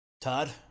Todd